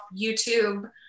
YouTube